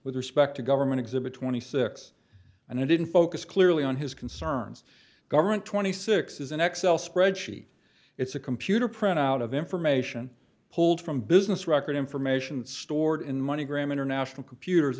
with respect to government exhibit twenty six and i didn't focus clearly on his concerns government twenty six is an x l spreadsheet it's a computer printout of information pulled from business record information stored in money gram international computers